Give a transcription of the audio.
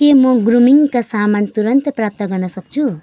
के म ग्रुमिङ्गका समान तुरुन्तै प्राप्त गर्न सक्छु